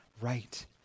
right